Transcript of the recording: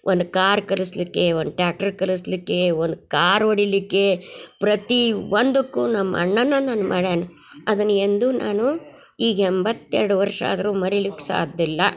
ಒಂದು ಕಾರು ಕಲಿಸಲಿಕ್ಕೆ ಒಂದು ಟ್ಯಾಕ್ಟ್ರ್ ಕಲಿಸಲ್ಲಿಕೆ ಒಂದು ಕಾರ್ ಹೊಡಿಲಿಕ್ಕೆ ಪ್ರತಿ ಒಂದುಕ್ಕು ನಮ್ಮಣ್ಣನ ನನ್ನ ಮಾಡ್ಯಾನ ಅದನ್ನ ಎಂದು ನಾನು ಈಗ ಎಂಬತ್ತೆರಡು ವರ್ಷ ಆದರು ಮರಿಲಿಕ್ಕೆ ಸಾಧ್ಯಿಲ್ಲ